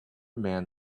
man